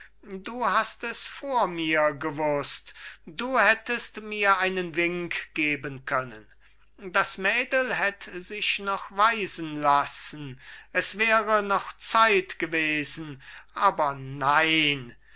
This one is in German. du hast es vor mir gewußt du hättest mir einen wink geben können das mädel hätt sich noch weisen lassen es wäre noch zeit gewesen aber nein